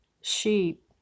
Sheep